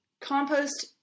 Compost